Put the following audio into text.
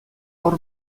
hor